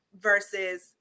versus